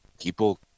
people